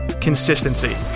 consistency